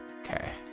Okay